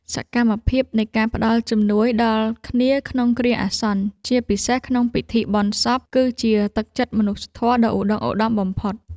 សកម្មភាពនៃការផ្ដល់ជំនួយដល់គ្នាក្នុងគ្រាអាសន្ន ជាពិសេសក្នុងពិធីបុណ្យសព គឺជាទឹកចិត្តមនុស្សធម៌ដ៏ឧត្តុង្គឧត្តមបំផុត។